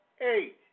eight